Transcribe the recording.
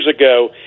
ago